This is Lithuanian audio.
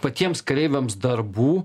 patiems kareiviams darbų